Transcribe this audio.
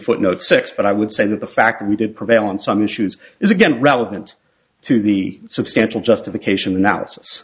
footnote six but i would say that the fact that we did prevail on some issues is again relevant to the substantial justification analysis